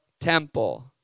temple